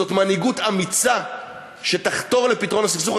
זו מנהיגות אמיצה שתחתור לפתרון הסכסוך.